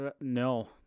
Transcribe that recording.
No